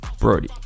Brody